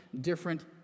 different